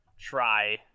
try